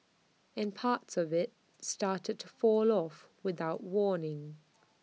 and parts of IT started to fall off without warning